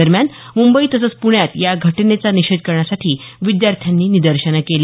दरम्यान मुंबई तसंच प्रण्यात या घटनेचा निषेध करण्यासाठी विद्यार्थ्यांनी निदर्शनं केली